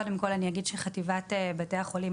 קודם כל אני אגיד שחטיבת בתי החולים